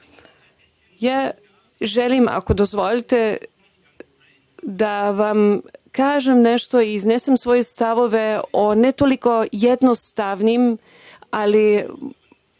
EU.Ja želim, ako dozvolite da vam kažem nešto i iznesem svoje stavove o ne toliko jednostavnim, ali